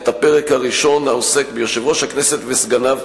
את הפרק הראשון העוסק ביושב-ראש הכנסת וסגניו,